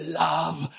love